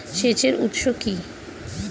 সেচের উৎস কি?